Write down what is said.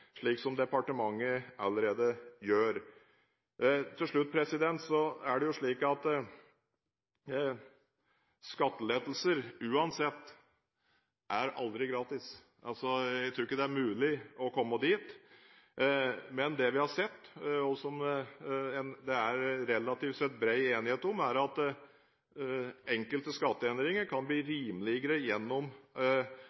slik departementet allerede gjør. Til slutt: Det er slik at skattelettelser – uansett – aldri er gratis. Jeg tror ikke det er mulig å komme dit. Men det vi har sett, og som det relativt sett er bred enighet om, er at enkelte skatteendringer kan bli